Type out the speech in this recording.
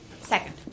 second